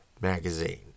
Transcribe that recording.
magazine